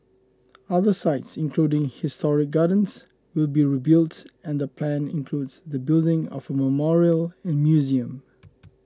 other sites including historic gardens will be rebuilt and the plan includes the building of a memorial and museum